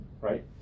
right